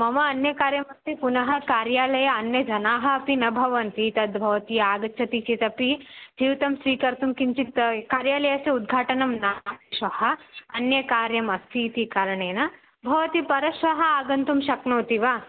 मम अन्यं कार्यमस्ति पुनः कार्यालये अन्यजनाः अपि न भवन्ति तद् भवती आगच्छति चेतपि स्यूतं स्वीकर्तुं किञ्चित् कार्यालयस्य उद्घाटनं नास् श्वः अन्यकार्यम् अस्ति इति कारणेन भवती परश्वः आगन्तुं शक्नोति वा